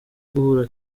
guhura